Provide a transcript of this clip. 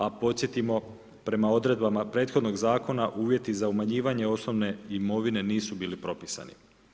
A podsjetimo, prema odredbama prethodnog zakona, uvjeti za umanjivanje osobne imovine nisu bili propisani.